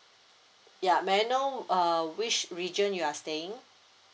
ya may I know uh which region you are staying